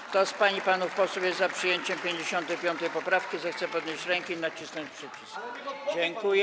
Kto z pań i panów posłów jest za przyjęciem 55. poprawki, zechce podnieść rękę i nacisnąć przycisk.